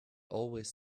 always